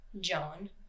John